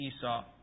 Esau